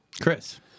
Chris